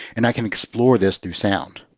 and i can explore this through sound.